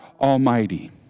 Almighty